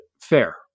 fair